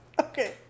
Okay